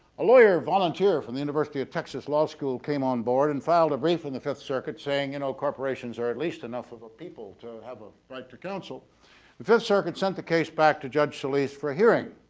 a lawyer volunteer from the university of texas law school came on board and filed a brief in the fifth circuit saying you know corporations are at least enough of a people to have a right to counsel the fifth circuit sent the case back to judge solis for a hearing.